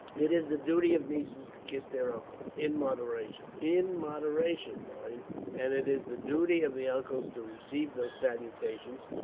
it is the duty of nieces to kiss their uncles, in moderation in moderation, mind and it is the duty of the uncles to receive those salutations,